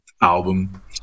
album